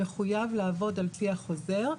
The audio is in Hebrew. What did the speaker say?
מחוייב לעבוד על פי החוזר.